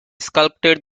sculpted